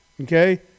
Okay